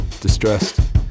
distressed